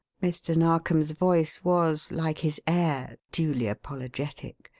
mr. narkom's voice was, like his air, duly apologetic.